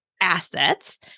assets